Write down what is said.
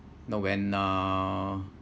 no when uh